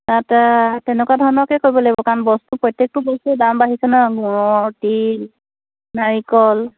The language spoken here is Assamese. তাতে তেনেকুৱা ধৰণকে কৰিব লাগিব কাৰণ বস্তটো প্ৰত্যেকটো বস্তু দাম বাঢ়িছে ন তিল নাৰিকল